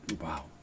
Wow